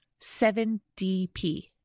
7DP